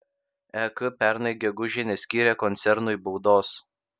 ek pernai gegužę neskyrė koncernui baudos